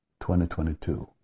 2022